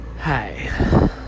Hi